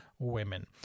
women